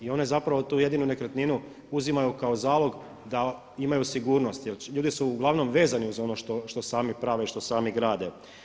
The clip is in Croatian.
I one zapravo tu jedinu nekretninu uzimaju kao zalog da imaju sigurnost, jer ljudi su uglavnom vezani uz ono što sami prave i što sami grade.